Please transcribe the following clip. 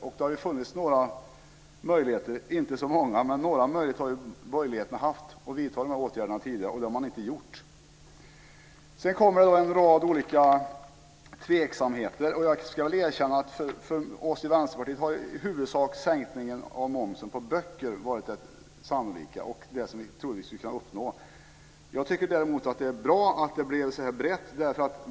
Det har tidigare funnits några, om än inte så många, möjligheter att genomföra dessa åtgärder, men dem har man inte tagit fasta på. Sedan kommer en rad olika tveksamheter, och jag ska erkänna att det för oss i Vänsterpartiet i huvudsak var sänkningen av momsen på böcker som vi trodde var sannolik och som vi trodde att vi skulle kunna uppnå. Jag tycker dock att det är bra att det blev en så bred åtgärd.